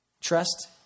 Trust